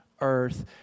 earth